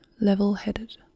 level-headed